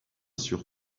sur